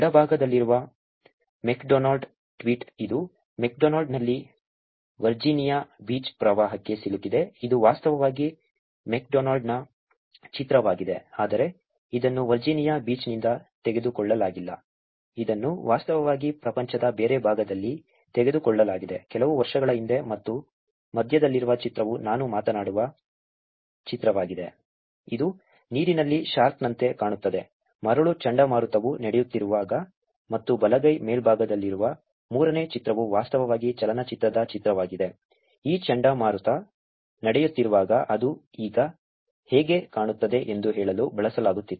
ಎಡಭಾಗದಲ್ಲಿರುವ McDonald's tweet ಇದು ಮೆಕ್ಡೊನಾಲ್ಡ್ಸ್ನಲ್ಲಿ ವರ್ಜೀನಿಯಾ ಬೀಚ್ ಪ್ರವಾಹಕ್ಕೆ ಸಿಲುಕಿದೆ ಇದು ವಾಸ್ತವವಾಗಿ ಮೆಕ್ಡೊನಾಲ್ಡ್ಸ್ನ ಚಿತ್ರವಾಗಿದೆ ಆದರೆ ಇದನ್ನು ವರ್ಜೀನಿಯಾ ಬೀಚ್ನಿಂದ ತೆಗೆದುಕೊಳ್ಳಲಾಗಿಲ್ಲ ಇದನ್ನು ವಾಸ್ತವವಾಗಿ ಪ್ರಪಂಚದ ಬೇರೆ ಭಾಗದಲ್ಲಿ ತೆಗೆದುಕೊಳ್ಳಲಾಗಿದೆ ಕೆಲವು ವರ್ಷಗಳ ಹಿಂದೆ ಮತ್ತು ಮಧ್ಯದಲ್ಲಿರುವ ಚಿತ್ರವು ನಾನು ಮಾತನಾಡುವ ಚಿತ್ರವಾಗಿದೆ ಇದು ನೀರಿನಲ್ಲಿ ಶಾರ್ಕ್ನಂತೆ ಕಾಣುತ್ತದೆ ಮರಳು ಚಂಡಮಾರುತವು ನಡೆಯುತ್ತಿರುವಾಗ ಮತ್ತು ಬಲಗೈ ಮೇಲ್ಭಾಗದಲ್ಲಿರುವ ಮೂರನೇ ಚಿತ್ರವು ವಾಸ್ತವವಾಗಿ ಚಲನಚಿತ್ರದ ಚಿತ್ರವಾಗಿದೆ ಈ ಚಂಡಮಾರುತ ನಡೆಯುತ್ತಿರುವಾಗ ಅದು ಈಗ ಹೇಗೆ ಕಾಣುತ್ತದೆ ಎಂದು ಹೇಳಲು ಬಳಸಲಾಗುತ್ತಿತ್ತು